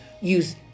use